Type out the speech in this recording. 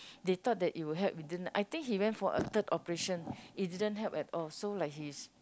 they thought that it will help but it didn't I think he went for a third operation it didn't help at all so like he is